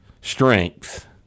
strength